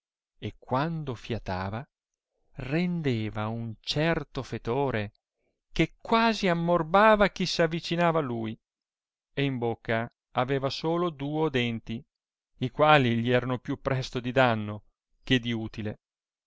e quando fiatava rendeva un certo fetore che quasi ammorbava chi s avicinava a lui e in bocca aveva solo duo denti i quali gli erano più presto di danno che di utile